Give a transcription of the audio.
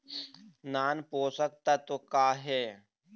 नान पोषकतत्व का हे?